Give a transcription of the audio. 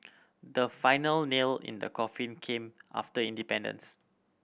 the final nail in the coffin came after independence